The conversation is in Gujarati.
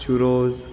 છુરોજ